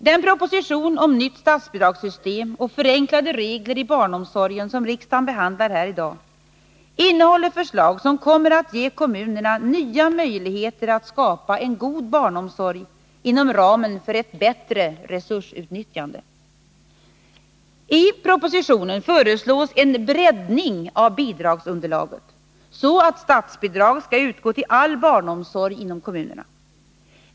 Den proposition om nytt statsbidragssystem och förenklade regler i barnomsorgen som riksdagen behandlar här i dag innehåller förslag som kommer att ge kommunerna nya möjligheter att skapa en god barnomsorg inom ramen för ett bättre resursutnyttjande. I propositionen föreslås en breddning av bidragsunderlaget så att statsbidrag skall utgå till all barnomsorg inom kommunerna.